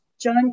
John